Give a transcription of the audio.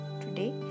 today